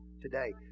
today